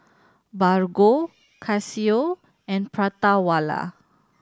Bargo Casio and Prata Wala